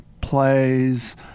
plays